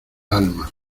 alma